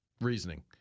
reasoning